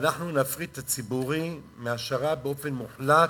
ואנחנו נפריד את הציבורי מהשר"פ באופן מוחלט.